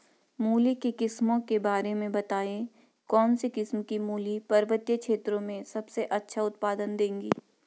मूली की किस्मों के बारे में बताइये कौन सी किस्म की मूली पर्वतीय क्षेत्रों में सबसे अच्छा उत्पादन देंगी?